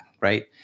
right